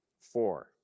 Four